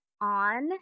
on